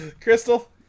Crystal